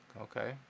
Okay